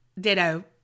ditto